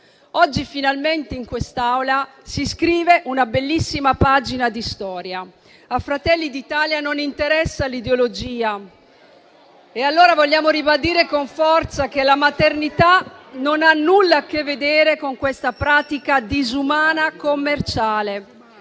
Oggi finalmente in quest'Aula si scrive una bellissima pagina di storia. A Fratelli d'Italia non interessa l'ideologia e allora vogliamo ribadire con forza che la maternità non ha nulla a che vedere con questa pratica disumana commerciale.